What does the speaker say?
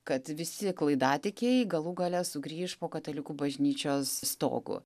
kad visi klaidatikiai galų gale sugrįš po katalikų bažnyčios stogu